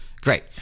Great